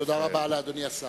תודה רבה לאדוני השר.